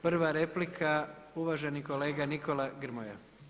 Prva replika uvaženi kolega Nikola Grmoja.